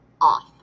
off